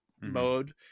mode